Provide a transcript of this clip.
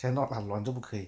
cannot lah 软就不可以